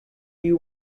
you